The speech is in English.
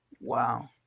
Wow